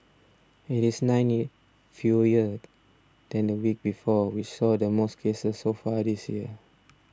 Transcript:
it is nine fewer than the week before which saw the most cases so far this year